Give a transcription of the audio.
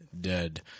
dead